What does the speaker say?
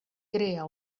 crea